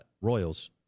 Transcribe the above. Royals